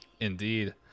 Indeed